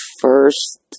first